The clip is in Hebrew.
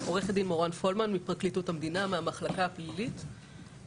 אני מהמחלקה הפלילית בפרקליטות המדינה.